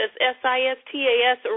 S-I-S-T-A-S